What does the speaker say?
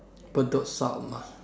Bedok South ah